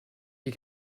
you